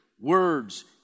words